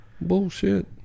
Bullshit